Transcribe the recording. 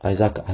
Isaac